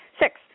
six